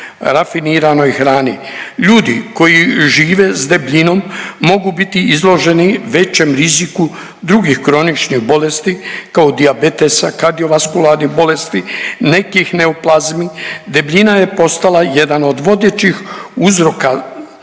rafiniranoj hrani. Ljudi koji žive s debljinom mogu biti izloženi većem riziku drugih kroničnih bolesti kao dijabetesa, kardiovaskularnih bolesti, nekih neoplazmi. Debljina je postala jedan od vodećih uzroka